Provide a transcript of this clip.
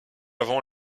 avant